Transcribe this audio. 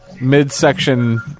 midsection